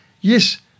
yes